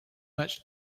much